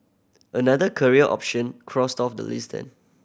another career option crossed off the list then